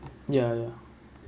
ya ya